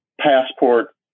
passport